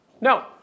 No